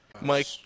Mike